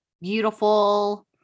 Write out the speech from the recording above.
beautiful